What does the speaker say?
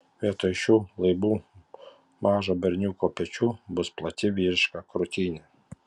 vietoj šių laibų mažo berniuko pečių bus plati vyriška krūtinė